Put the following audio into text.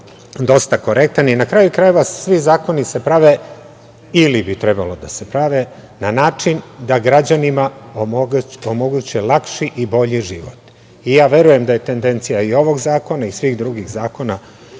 dosta korektan i na kraju krajeva svi zakoni se prave, ili bi trebalo da se bave, na način da građanima omoguće lakši i bolji život i ja verujem da je tendencija i ovog zakona i svih drugih zakona,